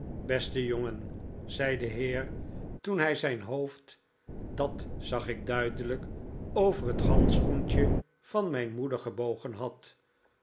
beste jongen zei de heer toen hij zijn hoofd dat zag ik duidelijk over het handschoentje van mijn moeder gebogen had